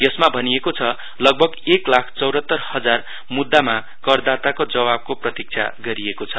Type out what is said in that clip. यसमा भनिएको छ लगभग एक लाख चौहत्तर हजार मुद्दामा करदाताको जवाफको प्रतिक्षा गरिएको छ